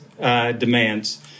demands